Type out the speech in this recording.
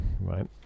right